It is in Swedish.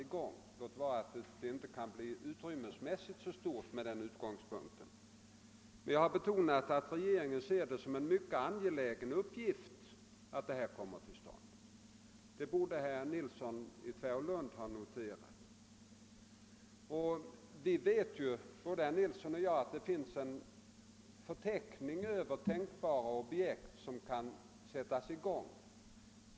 Uppräkningen kan med den angivna utgångspunkten inte utrymmesmässigt bli så omfattande, men jag har betonat att regeringen ser det som en mycket angelägen uppgift att de ifrågavarande projekten kommer till stånd. Det borde herr Nilsson i Tvärålund ha noterat. Både herr Nilsson och jag vet ju att det finns en förteckning över tänkbara objekt som kan sättas i gång.